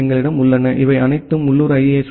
பிக்கள் எங்களிடம் உள்ளன இவை அனைத்தும் உள்ளூர் ஐ